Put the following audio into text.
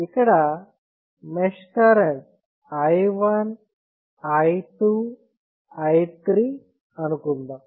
ఇక్కడ mesh current i1 i2 i3 అనుకుందాం